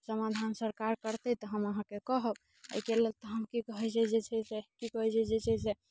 समाधान सरकार करतै तऽ हम अहाँकेँ कहब एहिके लेल तऽ हम की कहैत छै जे छै से की कहैत छै जे छै से